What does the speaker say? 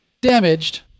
damaged